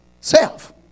self